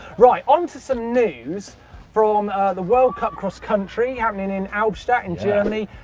right, onto some news from the world cup cross-country happening in albstadt, in germany.